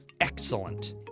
Excellent